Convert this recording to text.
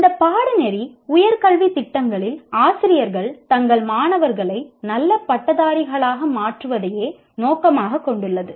இந்த பாடநெறி உயர் கல்வித் திட்டங்களில்ஆசிரியர்கள் தங்கள் மாணவர்களை நல்ல பட்டதாரிகளாக மாற்றுவதையே நோக்கமாகக் கொண்டுள்ளது